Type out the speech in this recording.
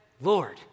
Lord